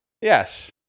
Yes